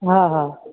हा हा